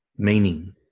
meaning